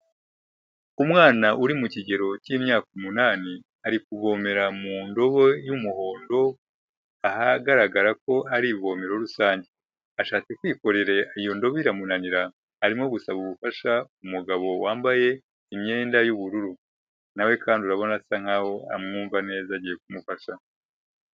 Umwana uri mu kigero cy'imyaka umunani, ari kuvomera mu ndobo y'umuhondo, ahagaragara ko hari ivomero rusange. Ashatse kwikorera iyo ndobo iramunanira, arimo gusaba ubufasha umugabo wambaye imyenda y'ubururu na we kandi urabona asa nkaho amwumva neza, agiye kumufasha.